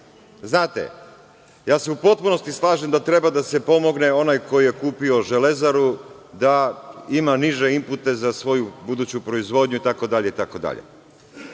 Znate, u potpunosti se slažem da treba da se pomogne onaj ko je kupio „Železaru“ da ima niže inpute za svoju buduću proizvodnju itd,